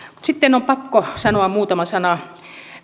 sitten on pakko sanoa muutama sana